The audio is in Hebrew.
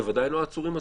בוודאי לא העצורים עצמם.